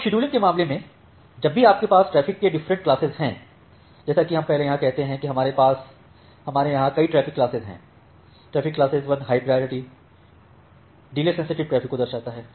अब शेड्यूलिंगके मामले में जब भी आपके पास ट्रैफिक के डिफरेंट क्लासेस हैं जैसे कि हम यहां क्या कहते हैं कि हमारे यहां कई ट्रैफिक क्लासेस हैं traffic classes 1 high priority delay sensitive traffic को दर्शाता है